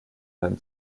beim